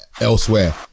elsewhere